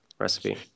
Recipe